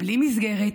בלי מסגרת,